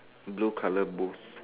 blue colour booth